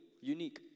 unique